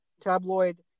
tabloid